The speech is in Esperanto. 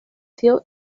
tio